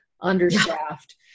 understaffed